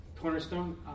Cornerstone